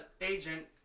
agent